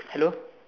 hello